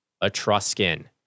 Etruscan